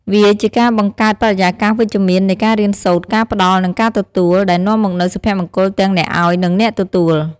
វាជាការបង្កើតបរិយាកាសវិជ្ជមាននៃការរៀនសូត្រ ការផ្ដល់ និងការទទួល ដែលនាំមកនូវសុភមង្គលទាំងអ្នកឱ្យ និងអ្នកទទួល។